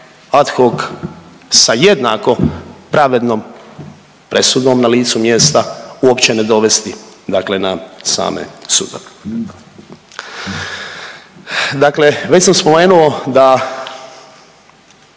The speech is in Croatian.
ad hoc sa jednako pravednom presudom na licu mjesta uopće ne dovesti dakle na same sudove. Dakle već sam spomenuo da